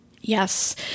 Yes